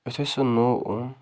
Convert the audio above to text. اَسے سُہ نوٚو اوٚن